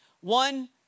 one